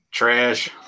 Trash